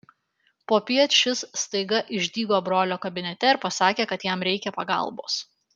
popiet šis staiga išdygo brolio kabinete ir pasakė kad jam reikia pagalbos